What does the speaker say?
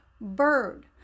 bird